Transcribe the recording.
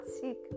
seek